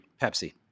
Pepsi